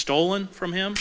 stolen from him